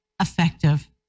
effective